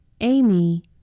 Amy